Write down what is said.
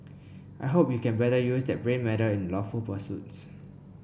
I hope you can better use that brain matter in lawful pursuits